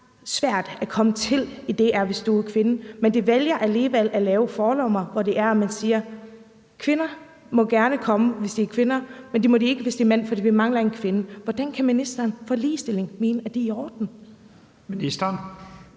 svært at komme til i DR, hvis du er kvinde, men de vælger alligevel at lave forlommer, hvor de siger, at man gerne må komme, hvis man er kvinde, men ikke, hvis man er mand, fordi de mangler en kvinde. Hvordan kan ministeren for ligestilling mene, at det er i orden? Kl.